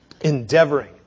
endeavoring